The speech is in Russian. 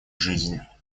жизни